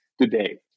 today